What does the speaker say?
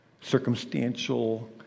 circumstantial